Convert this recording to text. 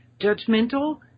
judgmental